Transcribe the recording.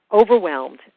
overwhelmed